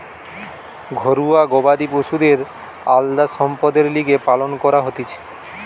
ঘরুয়া গবাদি পশুদের আলদা সম্পদের লিগে পালন করা হতিছে